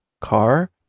car